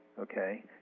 okay